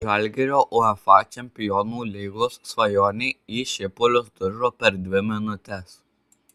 žalgirio uefa čempionų lygos svajonė į šipulius dužo per dvi minutes